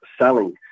selling